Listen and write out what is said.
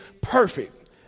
perfect